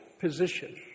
position